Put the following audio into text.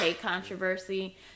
controversy